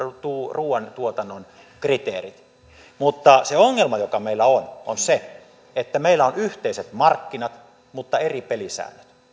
ruoantuotannon kriteerit mutta se ongelma joka meillä on on se että meillä on yhteiset markkinat mutta eri pelisäännöt